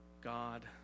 God